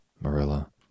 Marilla